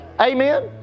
Amen